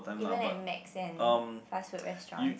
even and Macs and fast food restaurants